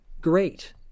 great